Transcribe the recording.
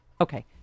okay